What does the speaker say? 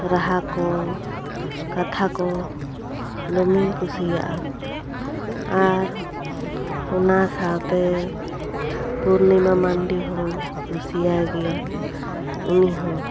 ᱨᱟᱦᱟ ᱠᱚ ᱠᱟᱛᱷᱟ ᱠᱚ ᱫᱚᱢᱮᱧ ᱠᱩᱥᱤᱭᱟᱜᱼᱟ ᱟᱨ ᱚᱱᱟ ᱥᱟᱶᱛᱮ ᱯᱩᱨᱱᱤᱢᱟ ᱢᱟᱱᱰᱤ ᱦᱚᱸᱧ ᱠᱩᱥᱤᱭᱟᱭ ᱜᱮᱭᱟ ᱩᱱᱤ ᱦᱚᱸ